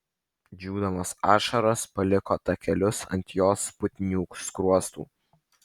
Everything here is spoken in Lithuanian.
džiūdamos ašaros paliko takelius ant jos putnių skruostų